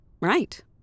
Right